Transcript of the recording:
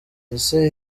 ese